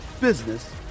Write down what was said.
business